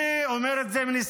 אני אומר את זה מניסיון.